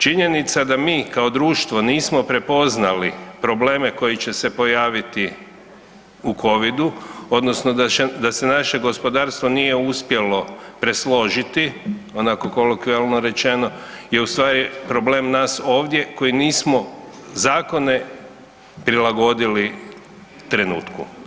Činjenica da mi kao društvo nismo prepoznali probleme koji će se pojaviti u Covidu odnosno da se naše gospodarstvo nije uspjelo presložiti onako kolokvijalno rečeno je ustvari problem nas ovdje koji nismo zakone prilagodili trenutku.